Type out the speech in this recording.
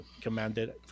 commanded